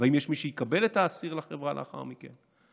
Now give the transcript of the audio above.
ואם יש מי שיקבל את האסיר לחברה לאחר מכן.